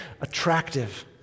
attractive